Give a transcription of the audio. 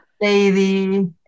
lady